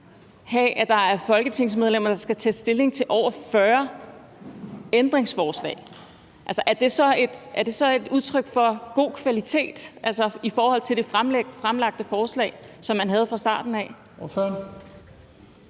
have folketingsmedlemmer til at tage stilling til over 40 ændringsforslag, er det så et udtryk for god kvalitet, altså i forhold til det fremlagte forslag, som man havde fra starten af?